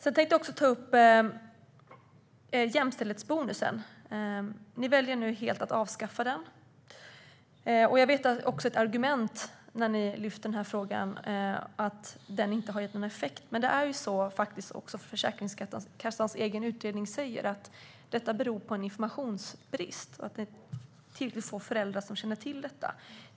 Jag vill också ta upp jämställdhetsbonusen. Ni väljer nu att helt avskaffa den. Jag vet att ett argument när ni lyft frågan är att den inte har gett någon effekt. Men Försäkringskassans egen utredning säger att det beror på en informationsbrist att det är få föräldrar som känner till den.